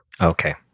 Okay